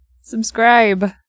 Subscribe